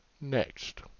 next